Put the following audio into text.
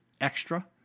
extra